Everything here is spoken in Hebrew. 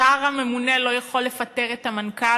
השר הממונה לא יכול לפטר את המנכ"ל,